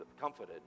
comforted